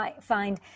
find